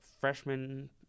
freshman